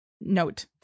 note